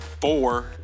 four